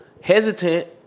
hesitant